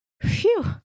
Phew